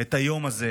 את היום הזה,